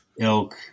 elk